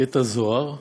קטע זוהר,